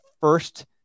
first